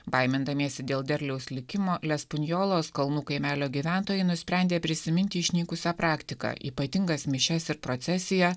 baimindamiesi dėl derliaus likimo lespunjolos kalnų kaimelio gyventojai nusprendė prisiminti išnykusią praktiką ypatingas mišias ir procesiją